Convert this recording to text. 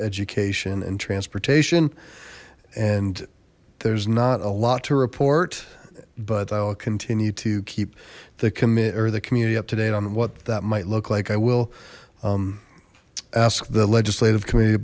education and transportation and there's not a lot to report but i will continue to the committee or the community up to date on what that might look like i will ask the legislative community